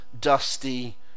Dusty